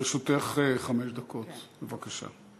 לרשותך חמש דקות, בבקשה.